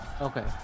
Okay